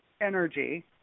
energy